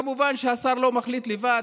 כמובן שהשר לא מחליט לבד,